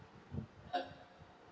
uh